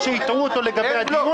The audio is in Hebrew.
או שהטעו אותו לגבי הדיון,